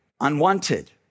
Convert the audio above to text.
Unwanted